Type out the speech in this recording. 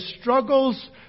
struggles